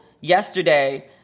yesterday